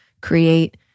create